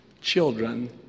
Children